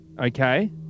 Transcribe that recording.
Okay